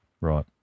right